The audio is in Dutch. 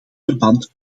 verband